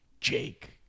Jake